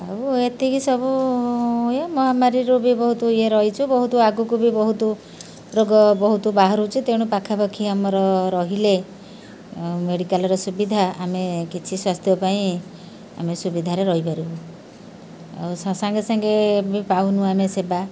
ଆଉ ଏତିକି ସବୁ ଇଏ ମହାମାରୀରୁ ବି ବହୁତ ଇଏ ରହିଛୁ ବହୁତ ଆଗକୁ ବି ବହୁତ ରୋଗ ବହୁତ ବାହାରୁଛି ତେଣୁ ପାଖାପାଖି ଆମର ରହିଲେ ମେଡ଼ିକାଲ୍ର ସୁବିଧା ଆମେ କିଛି ସ୍ୱାସ୍ଥ୍ୟ ପାଇଁ ଆମେ ସୁବିଧାରେ ରହିପାରିବୁ ଆଉ ସାଙ୍ଗେ ସାଙ୍ଗେ ବି ପାଉନୁ ଆମେ ସେବା